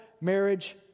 marriage